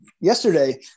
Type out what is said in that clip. yesterday